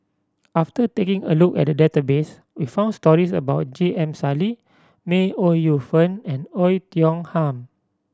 after taking a look at the database we found stories about J M Sali May Ooi Yu Fen and Oei Tiong Ham